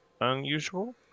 unusual